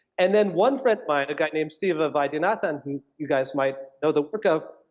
and then one friend of mine, a guy named siva vaidyanathan, who you guys might know the work of,